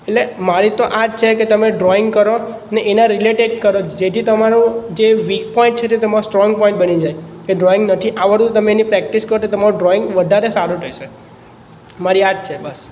એટલે મારી તો આ જ છે કે તમે ડ્રોઈંગ કરો ને એના રિલેટેડ કરો જેથી તમારું જે વીક પોઈન્ટ છે તે તમારો સ્ટ્રોંગ પોઈન્ટ બની જાય કે ડ્રોઈંગ નથી આવડતું તો તમે એની પ્રેક્ટિસ કરો તો તમારું ડ્રોઈંગ વધારે સારું થશે મારી આ જ છે બસ